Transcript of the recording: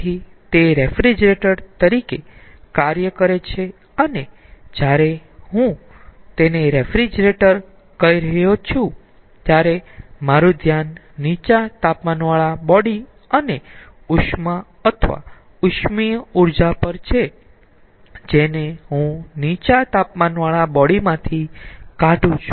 તેથી તે રેફ્રિજરેટર તરીકે કાર્ય કરે છે અને જ્યારે હું તેને રેફ્રિજરેટર કહી રહ્યો છું ત્યારે મારું ધ્યાન નીચા તાપમાનવાળા બોડી અને ઉષ્મા અથવા ઉષ્મીય ઊર્જા પર છે જે હું નીચા તાપમાનવાળા બોડી માંથી કાઢુ છું